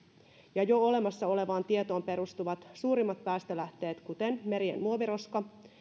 ja jo olemassa olevan tiedon perusteella suurimmat päästölähteet kuten merien muoviroska